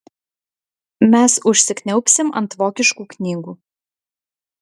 mes užsikniaubsim ant vokiškų knygų